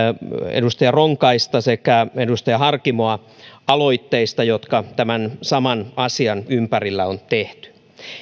edustaja ronkaista sekä edustaja harkimoa aloitteista jotka tämän saman asian ympärillä on tehty